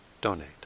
donate